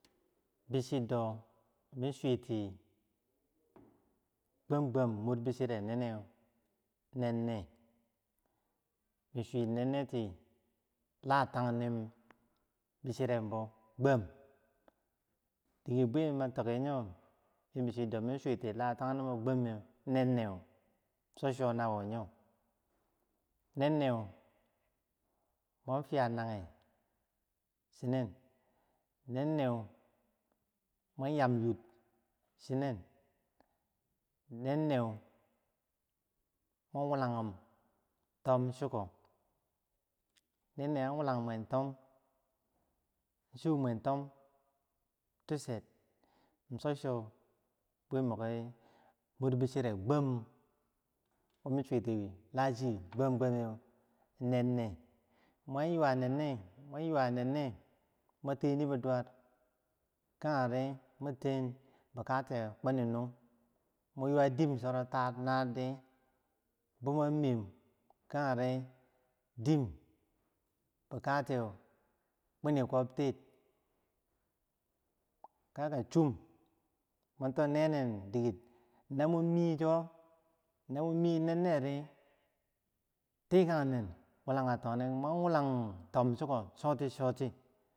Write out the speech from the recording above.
Bi chirde, mi suwiti gwam gwame, muwor bichireroninne nenne min sur nenne ti la tang nim bichirembo gwam, dike bwe matoki yoh min bi chir do min sur tiyweu nenneu, cho chonawunyo nen neu mwan fiyah nage, chinen nenneu mwan yamyir, chinen, nenneu wulagum tom chiko nenneu an wulagu mwentom cho mwan tom ducher, cho cho miki mur bishire gwam wolachi gwam gwameu nenneu, mwan yuwa nenne yur nenne mun teni biduwar kagere mun ten bi kateh kwini nung mun yuwah dim choro terr narr bo man miyem kage ri dim bi kateu, kwini kwab ter kege ri chum namun to nenen diker, namo miyeh cho namun ten nenne re tikang nen wulanka toneh sots soti.